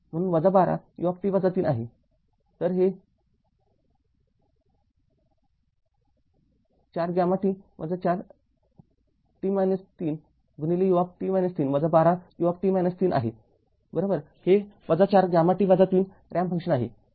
म्हणून १२ ut ३ आहे तरहे ४ γt ४t ३ut ३ १२ ut ३ आहे हे ४ γt ३ रॅम्प फंक्शन आहे